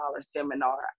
seminar